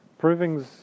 Provings